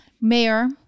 mayor